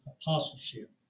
apostleship